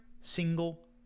single